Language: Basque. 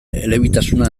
elebitasuna